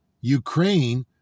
Ukraine